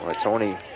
Tony